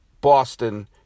Boston